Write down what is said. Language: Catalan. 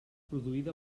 produïda